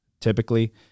Typically